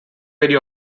very